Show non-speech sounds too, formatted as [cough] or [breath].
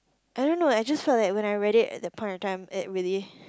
I don't know I just felt like when I read it at that point of time it really [breath]